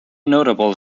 notable